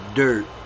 dirt